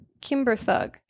Kimberthug